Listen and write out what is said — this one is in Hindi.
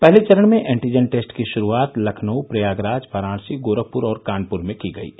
पहले चरण में एंटीजन टेस्ट की शुरुआत लखनऊ प्रयागराज वाराणसी गोरखपुर और कानपुर में की गई है